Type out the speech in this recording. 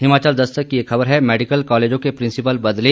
हिमाचल दस्तक की खबर है मेडिकल कॉलेजों के प्रिंसिपल बदले